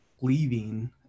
leaving